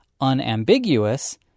unambiguous